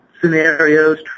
scenarios